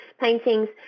paintings